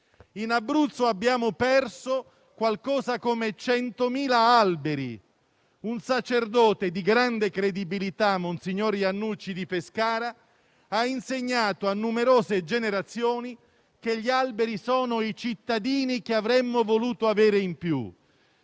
In Abruzzo abbiamo perso qualcosa come 100.000 alberi. Un sacerdote di grande credibilità, monsignor Iannucci di Pescara, ha insegnato a numerose generazioni che gli alberi sono i cittadini che avremmo voluto avere in più.